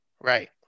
Right